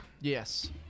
Yes